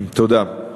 תודה.